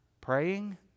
Praying